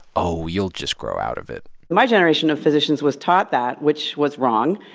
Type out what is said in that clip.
oh, you'll just grow out of it my generation of physicians was taught that, which was wrong.